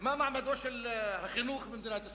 מה מעמדו של החינוך במדינת ישראל,